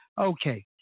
Okay